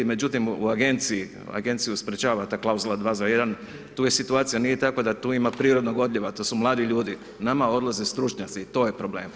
Međutim, u agenciji, agenciju sprječava ta klauzula 2 za 1, tu je situacija, nije takva da tu ima prirodnog odljeva, tu su mladi ljudi, nama odlaze stručnjaci, to je problem.